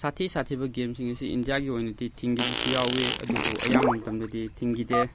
ꯁꯥꯊꯤ ꯁꯥꯊꯤꯕ ꯒꯦꯃꯁꯤꯡ ꯑꯁꯤ ꯏꯟꯗꯤꯌꯥꯒꯤ ꯑꯣꯏꯅꯗꯤ ꯊꯤꯡꯈꯤꯕꯁꯨ ꯌꯥꯎꯏ ꯑꯗꯨꯕꯨ ꯑꯌꯥꯝꯕ ꯃꯇꯝꯗꯗꯤ ꯊꯤꯡꯈꯤꯗꯦ